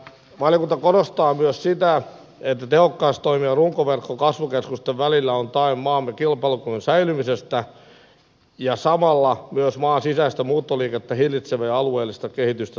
valiokunta korostaa myös sitä että tehokkaasti toimiva runkoverkko kasvukeskusten välillä on tae maamme kilpailukyvyn säilymisestä ja samalla myös maan sisäistä muuttoliikettä hillitsevä ja alueellista kehitystä tukeva tekijä